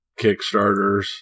Kickstarters